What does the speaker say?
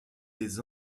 des